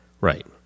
Right